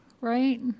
right